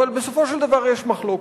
אבל בסופו של דבר יש מחלוקת,